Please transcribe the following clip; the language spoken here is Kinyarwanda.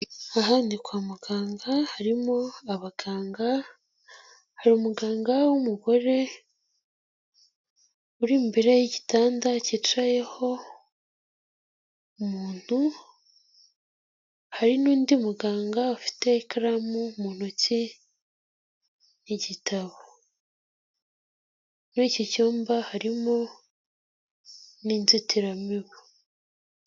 Aha ni kwa muganga harimo abaganga, hari umuganga w'umugore uri imbere y'igitanda cyicayeho umuntu, hari n'undi muganga ufite ikaramu mu ntoki n'igitabo, muri iki cyumba harimo n'inzitiramibu.